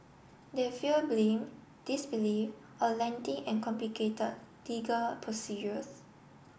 they fear blame disbelief or lengthy and complicate legal procedures